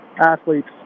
athletes